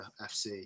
FC